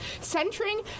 centering